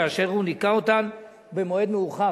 ואשר הוא ניכה אותן במועד מאוחר.